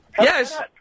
Yes